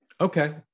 Okay